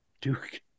duke